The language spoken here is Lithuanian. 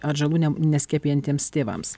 atžalų neskiepijantiems tėvams